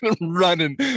running